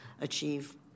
achieve